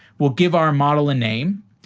we'll give our model a name,